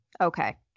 okay